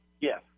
Yes